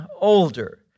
older